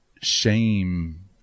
shame